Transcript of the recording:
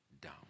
down